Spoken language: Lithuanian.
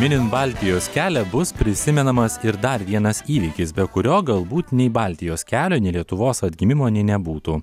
minint baltijos kelią bus prisimenamas ir dar vienas įvykis be kurio galbūt nei baltijos kelio nei lietuvos atgimimo nė nebūtų